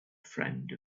friend